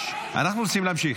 אנחנו רוצים להמשיך.